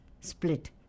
split